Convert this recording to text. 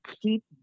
keep